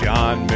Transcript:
John